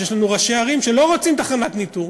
שיש לנו ראשי ערים שלא רוצים תחנת ניטור.